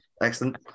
Excellent